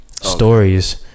stories